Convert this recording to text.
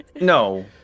no